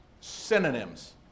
Synonyms